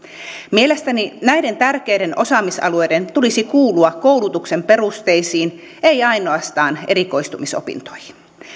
mielestäni näiden tärkeiden osaamisalueiden tulisi kuulua koulutuksen perusteisiin ei ainoastaan erikoistumisopintoihin